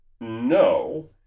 No